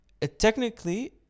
Technically